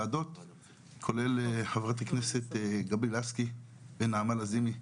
כולל חברת הכנסת גבי לסקי ונעמה לזימי,